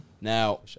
Now